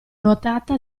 nuotata